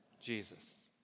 Jesus